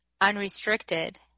unrestricted